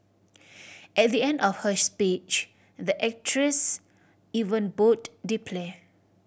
at the end of her speech the actress even bowed deeply